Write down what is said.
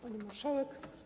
Pani Marszałek!